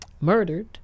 murdered